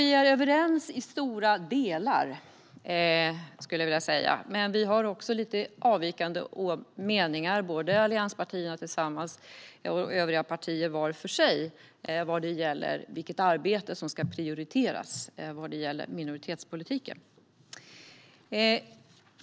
Vi är i stora delar överens, men det finns också avvikande meningar från allianspartierna tillsammans och från övriga partier var för sig när det gäller vilket arbete som prioriteras i minoritetspolitiken.